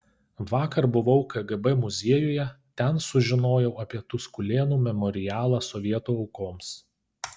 vakar buvau kgb muziejuje ten sužinojau apie tuskulėnų memorialą sovietų aukoms